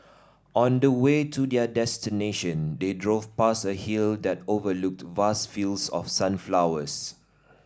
on the way to their destination they drove past a hill that overlooked vast fields of sunflowers